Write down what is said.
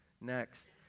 Next